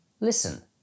Listen